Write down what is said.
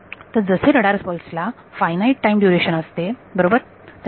तर जसे radar pulse ला फायनाईट टाईम ड्युरेशन असते बरोबर